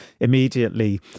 immediately